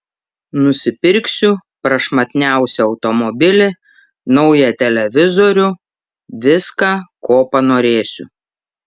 nusipirksiu prašmatniausią automobilį naują televizorių viską ko panorėsiu